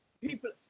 people